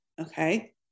Okay